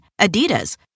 Adidas